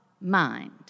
mind